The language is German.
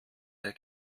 der